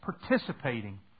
participating